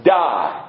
die